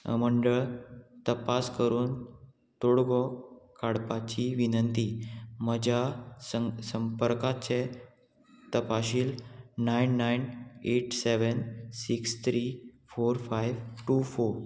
मंडळ तपास करून तोडगो काडपाची विनंती म्हज्या संपर्काचे तपाशील nine nine eight seven six three four five two four